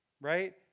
right